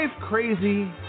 crazy